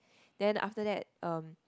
then after that um